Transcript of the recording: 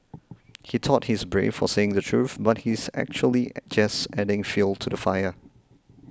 he thought he's brave for saying the truth but he's actually just adding fuel to the fire